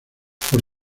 por